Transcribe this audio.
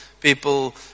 people